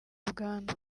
ubwandu